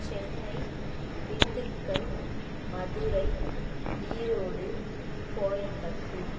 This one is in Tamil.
சென்னை திண்டுக்கல் மதுரை ஈரோடு கோயம்பத்தூர்